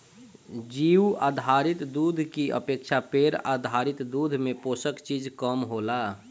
जीउ आधारित दूध की अपेक्षा पेड़ आधारित दूध में पोषक चीज कम होला